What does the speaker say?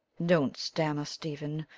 don't stammer, stephen.